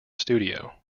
studio